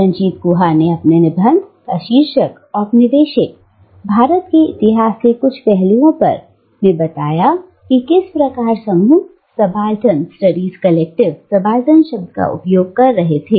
रणजीत गुहा ने अपने निबंध जिसका शीर्षक औपनिवेशिक भारत के इतिहास के कुछ पहलुओं पर में बताया कि किस प्रकार समूह सबाल्टर्न स्टडीज कलेक्टिव सबाल्टर्न शब्द का उपयोग कर रहे थे